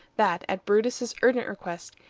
that, at brutus's urgent request,